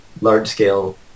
large-scale